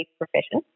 profession